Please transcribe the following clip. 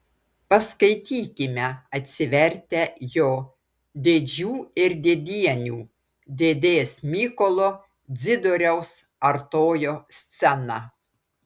paskaitykime atsivertę jo dėdžių ir dėdienių dėdės mykolo dzidoriaus artojo sceną